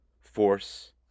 force